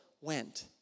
went